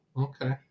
okay